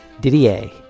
didier